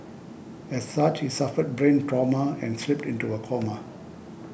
as such he suffered brain trauma and slipped into a coma